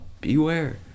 Beware